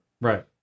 Right